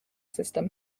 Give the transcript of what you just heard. system